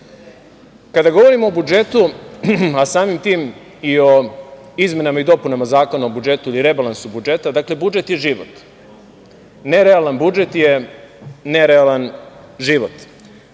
govorimo o budžetu, a samim tim i o izmenama i dopunama Zakona o budžetu ili rebalansu budžeta, budžet je život. Nerealan budžet je nerealan život. Ovde